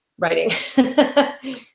writing